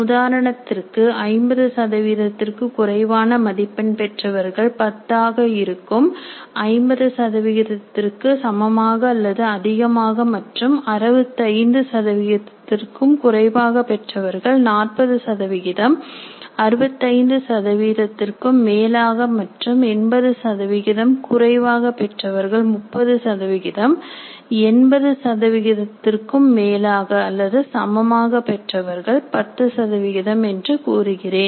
உதாரணத்திற்கு 50 சதவீதத்திற்கு குறைவான மதிப்பெண் பெற்றவர்கள் 10 ஆக இருக்கும் 50 சதவிகிதத்திற்கு சமமாக அல்லது அதிகமாக மற்றும் 65 சதவிகிதத்திற்கும் குறைவாக பெற்றவர்கள் 40 சதவிகிதம் 65 சதவீதத்திற்கும் மேலாக மற்றும் 80 சதவிகிதம் குறைவாக பெற்றவர்கள் 30 சதவிகிதம் 80 சதவிகிதத்திற்கும் மேலாக அல்லது சமமாக பெற்றவர்கள் 10 சதவிகிதம் என்று கூறுகிறேன்